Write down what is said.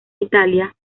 italia